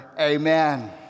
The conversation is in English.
amen